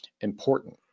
important